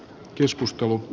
keskusta o